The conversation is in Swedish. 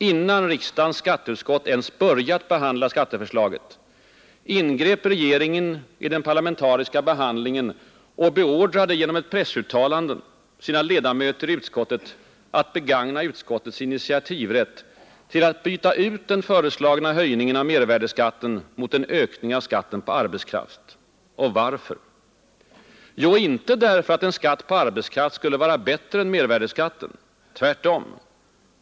Innan riksdagens skatteutskott ens börjat behandla skatteförslaget ingrep regeringen i den parlamentariska behandlingen och beordrade genom ett pressuttalande sina ledamöter i utskottet att begagna utskottets initiativrätt till att utbyta den föreslagna höjningen av mervärdeskatten mot en ökning av skatten på arbetskraft. Och varför? Jo, inte därför att en skatt på arbetskraft skulle vara bättre än mervärdeskatten. Tvärtom.